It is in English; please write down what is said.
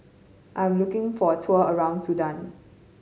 I'm looking for a tour around Sudan